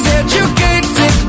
educated